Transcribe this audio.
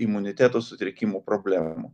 imuniteto sutrikimų problemų